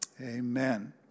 Amen